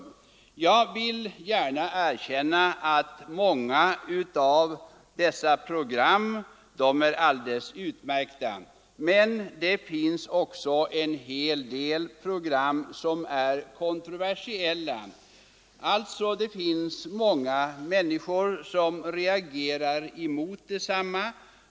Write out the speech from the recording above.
Jag vill gärna erkänna att många av dessa program är alldeles utmärkta. En hel del program är emellertid kontroversiella, och många människor reagerar mot dem.